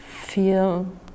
feel